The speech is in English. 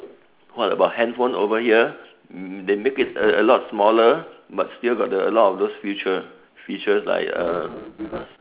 what about handphone over here mm they make it a lot smaller but still got a lot of those features features like uh